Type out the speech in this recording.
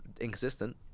inconsistent